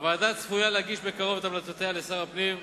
הוועדה צפויה להגיש בקרוב את המלצותיה לשר הפנים.